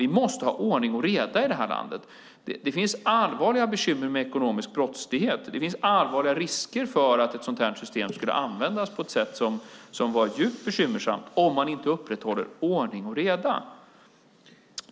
Vi måste ha ordning och reda i detta land. Det finns allvarliga bekymmer med ekonomisk brottslighet, och det finns allvarliga risker för att ett sådant här system skulle kunna användas på ett sätt som vore djupt bekymmersamt om man inte upprätthåller ordning och reda.